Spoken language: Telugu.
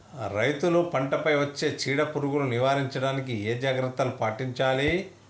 రైతులు పంట పై వచ్చే చీడ పురుగులు నివారించడానికి ఏ జాగ్రత్తలు పాటించాలి?